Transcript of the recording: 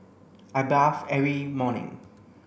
I bath every morning